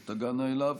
שהן תגענה אליו.